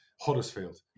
huddersfield